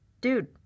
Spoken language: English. Dude